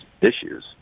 issues